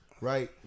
right